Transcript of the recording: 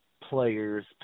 players